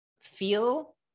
Feel